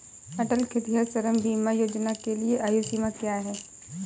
अटल खेतिहर श्रम बीमा योजना के लिए आयु सीमा क्या है?